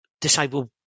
disabled